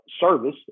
service